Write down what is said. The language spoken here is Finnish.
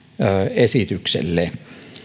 esitykselle